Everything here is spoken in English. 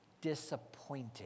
disappointed